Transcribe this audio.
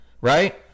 right